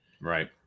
Right